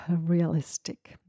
realistic